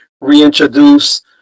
reintroduce